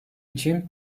için